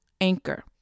anchor